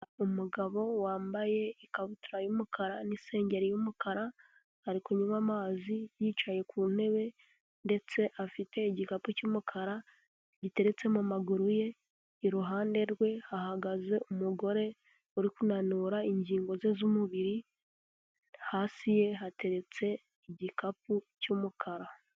Umugabo wambaye ikabutura y'umukara n'insengeri y'umukara, ari kunywa amazi yicaye ku ntebe ndetse afite igikapu cy'umukara giteretse amaguru ye, iruhande rwe hahagaze umugore uri kunanura ingingo ze z'umubiri, hasi ye hateretse igikapu cy'umukara.